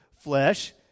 flesh